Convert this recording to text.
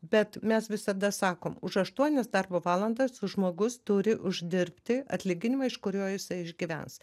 bet mes visada sakom už aštuonias darbo valandas žmogus turi uždirbti atlyginimą iš kurio jisai išgyvens